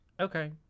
Okay